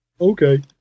Okay